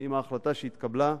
עם ההחלטה שהתקבלה,